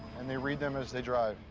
and they read them as they drive,